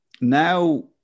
now